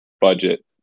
budget